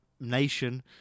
nation